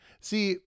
See